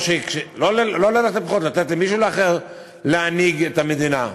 או לא תלך לבחירות ואפשר לתת למישהו אחר להנהיג את המדינה.